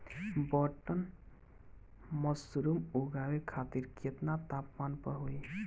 Button mushroom उगावे खातिर केतना तापमान पर होई?